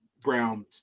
brown